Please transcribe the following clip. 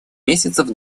месяцев